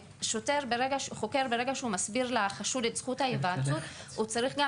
שוטר או חוקר ברגע שהוא מסביר לחשוד את זכות ההיוועצות הוא צריך גם